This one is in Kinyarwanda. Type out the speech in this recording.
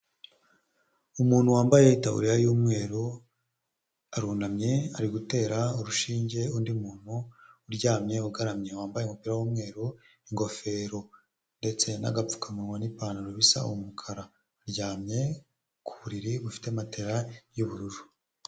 Umuntu wambaye taburiya y'umweru, arunamye ari gutera urushinge undi muntu uryamye, ugaramye, wambaye umupira w'umweru, n'ingofero ndetse n'agapfukamunwa, n'ipantaro bisa umukara. Aryamye ku buriri bufite matera y'ubururu.